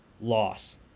loss